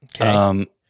Okay